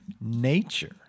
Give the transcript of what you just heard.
nature